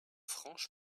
franches